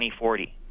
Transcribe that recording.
2040